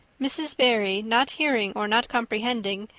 mrs. barry, not hearing or not comprehending,